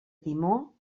timó